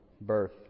birth